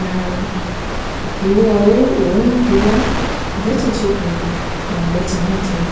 Naa tukigoouuni nkuga mbecha ichiutethia na mbecha niinjega